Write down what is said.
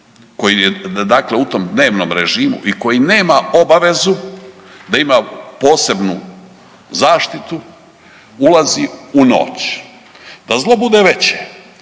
koji je u tom dnevnom režimu i koji nema obavezu da ima posebnu zaštitu ulazi u noć. Da zlo bude veće,